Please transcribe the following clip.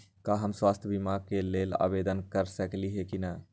का हम स्वास्थ्य बीमा के लेल आवेदन कर सकली ह की न?